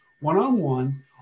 one-on-one